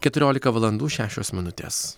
keturiolika valandų šešios minutės